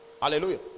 Hallelujah